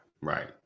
right